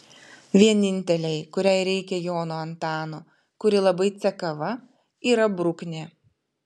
vienintelei kuriai reikia jono antano kuri labai cekava yra bruknė